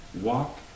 walk